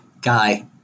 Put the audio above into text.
guy